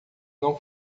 não